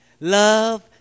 Love